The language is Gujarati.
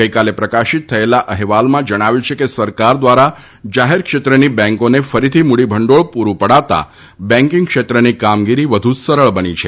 ગઇકાલે પ્રકાશિત થયેલા અહેવાલમાં જણાવ્યું છે કે સરકાર દ્વારા જાહેર ક્ષેત્રની બેન્કોને ફરીથી મૂડીભંડોળ પુરૂં પડાતાં બેન્કીંગ ક્ષેત્રની કામગીરી વધુ સરળ બની છે